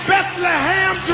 Bethlehem